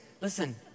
Listen